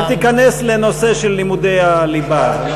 אל תיכנס לנושא של לימודי הליבה,